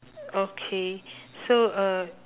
okay so uh